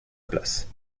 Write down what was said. place